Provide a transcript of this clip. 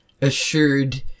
assured